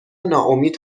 ناامید